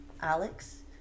Alex